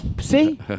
See